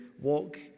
walk